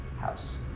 house